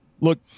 Look